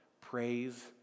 praise